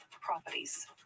properties